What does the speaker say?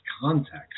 context